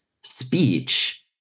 speech